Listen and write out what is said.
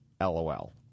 LOL